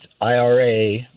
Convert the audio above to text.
IRA